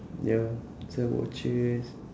ya sell watches